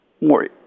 more